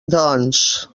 doncs